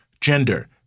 gender